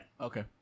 Okay